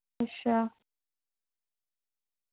अच्छा